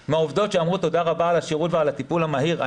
שאמרו תודה רבה על השירות ועל הטיפול המהיר.